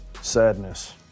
Sadness